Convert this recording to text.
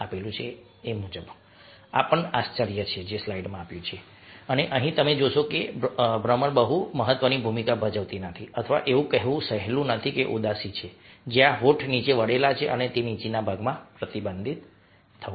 આ પણ આશ્ચર્યજનક છે અને અહીં તમે જોશો કે ભમર બહુ મહત્વની ભૂમિકા ભજવતી નથી અથવા એવું કરવું સહેલું નથી કે આ ઉદાસી છે જ્યાં હોઠ નીચે વળેલા છે તે નીચેના ભાગમાં પ્રતિબિંબિત થવું